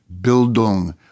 Bildung